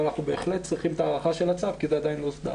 אבל אנחנו בהחלט צריכים את ההארכה של הצו כי זה עדיין לא הוסדר.